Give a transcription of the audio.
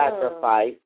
sacrifice